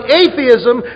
atheism